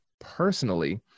personally